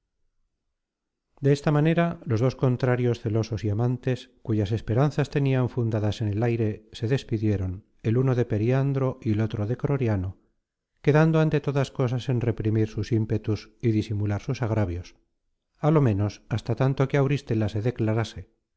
desta manera los dos contrarios celosos y amantes cuyas esperanzas tenian fundadas en el aire se despidieron el uno de periandro y el otro de croriano quedando ante todas cosas en reprimir sus impetus y disimular sus agravios á lo ménos hasta tanto que auristela se declarase